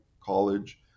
college